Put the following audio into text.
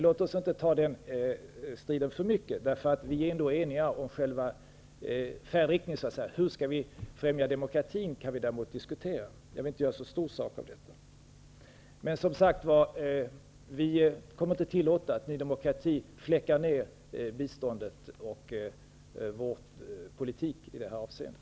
Låt oss inte ta för mycket strid om detta. Vi är ändå eniga om själva färdriktningen. Vi kan däremot diskutera hur vi skall främja demokratin. Jag vill inte göra en så stor sak av detta. Vi socialdemokrater kommer inte att tillåta att Ny demokrati fläckar ner biståndet och vår politik i detta avseendet.